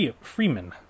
freeman